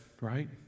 right